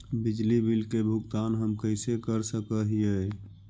बिजली बिल के भुगतान हम कैसे कर सक हिय?